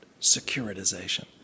securitization